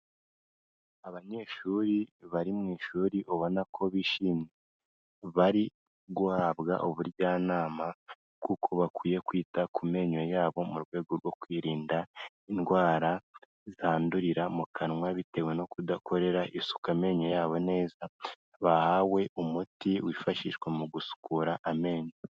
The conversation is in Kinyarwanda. Abanyeshuri bari mu ishuri ubona ko bishimye, bari guhabwa ubujyanama kuko bakwiye kwita ku menyo yabo mu rwego rwo kwirinda indwara zandurira mu kanwa bitewe no kudakorera isuku amenyo yabo neza, bahawe umuti wifashishwa mu gusukura amenyo.